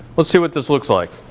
let's see what this looks like.